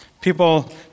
people